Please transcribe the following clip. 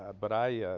but i ah. yeah